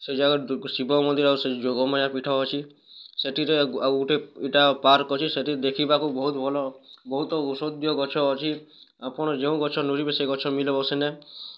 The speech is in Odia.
ସେ ଜାଗା ଶିବ ମନ୍ଦିର ଆଉ ସେ ଯୋଗମାୟା ପୀଠ ଅଛି ସେଥିରେ ଆଉ ଗୋଟେ ଏଇଟା ପାର୍କ ଅଛି ସେଇଠି ଦେଖିବାକୁ ବହୁତ୍ ଭଲ ବହୁତ ଔଷଧୀୟ ଗଛ ଅଛି ଆପଣ ଯେଉଁ ଗଛ ଲୋଡ଼ିବେ ସେ ଗଛ ମିଳିବ ସିନା